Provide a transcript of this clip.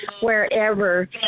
wherever